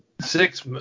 Six